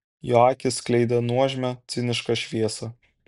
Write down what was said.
jo akys skleidė nuožmią cinišką šviesą